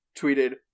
tweeted